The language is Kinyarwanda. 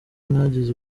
mwagize